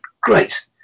great